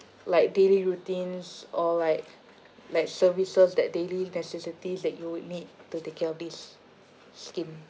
like daily routines or like like services that daily necessities that you would need to take care of this skin